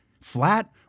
Flat